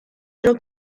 tro